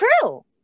true